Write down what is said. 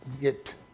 get